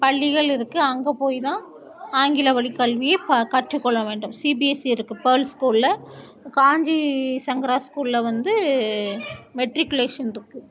பள்ளிகள் இருக்கு அங்கே போய் தான் ஆங்கில வழி கல்வியை ப கற்றுக்கொள்ள வேண்டும் சிபிஎஸ்சி இருக்கு பேல்ஸ் ஸ்கூலில் காஞ்சி சங்கரா ஸ்கூலில் வந்து மெட்ரிக்குலேஷன் இருக்கு